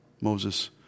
Moses